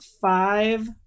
five